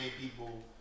people